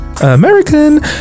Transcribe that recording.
american